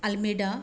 Almeida